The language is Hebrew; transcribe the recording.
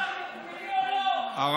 הוויכוח, אם הוא פנימי או לא, הוא לומד תורה.